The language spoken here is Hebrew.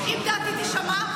אם דעתי תישמע,